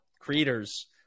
creators